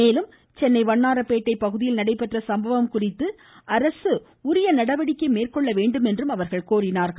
மேலும் சென்னை வண்ணாரப்பேட்டை பகுதியில் நடைபெற்ற சம்பவம் குறித்து அரசு உரிய நடவடிக்கை மேற்கொள்ள வெண்டுமென்றும் கோரினார்கள்